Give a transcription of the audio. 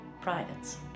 privates